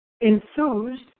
enthused